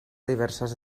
diverses